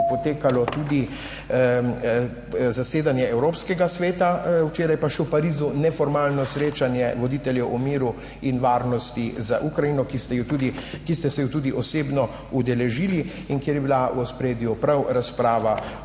potekalo tudi zasedanje evropskega sveta, včeraj pa še v Parizu neformalno srečanje voditeljev o miru in varnosti za Ukrajino, ki ste se jo tudi osebno udeležili in kjer je bila v ospredju prav razprava o